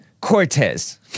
Cortez